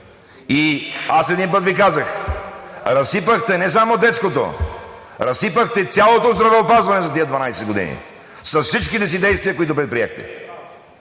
И аз един път Ви казах: разсипахте не само детското, разсипахте цялото здравеопазване за тези 12 години с всичките си действия, които предприехте!